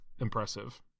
impressive